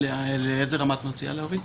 לאיזו רמה את מציעה להוריד?